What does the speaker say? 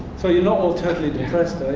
so you're not all terminally depressed,